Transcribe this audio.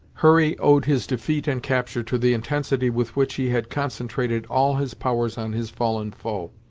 hurry owed his defeat and capture to the intensity with which he had concentrated all his powers on his fallen foe.